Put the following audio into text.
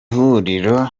huriro